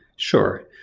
sure.